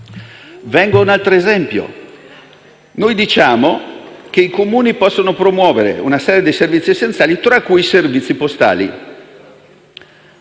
Vengo a un altro esempio. Noi diciamo che i Comuni possono promuovere una serie di servizi essenziali, tra cui i servizi postali.